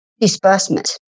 disbursement